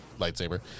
lightsaber